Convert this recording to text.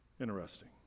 Interesting